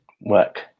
work